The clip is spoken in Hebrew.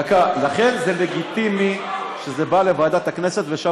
לכן יש ועדת כנסת,